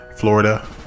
Florida